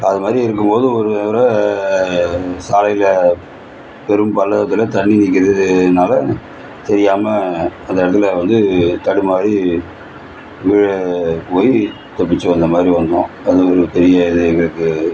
அது மாரி இருக்கும்போது ஒரு ஒரு சாலையில் பெரும் பள்ளத்தில் தண்ணி நிற்கிறதுனால தெரியாமல் அந்த வண்டியில வந்து தடுமாறி உயிர் தப்பிச்சு வந்த மாதிரி வந்தோம் அது பெரிய இதாக இருக்கு